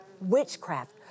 Witchcraft